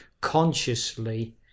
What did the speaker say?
consciously